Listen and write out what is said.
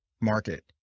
market